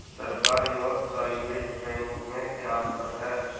सरकारी और private bank में क्या अंतर है?